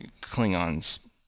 Klingon's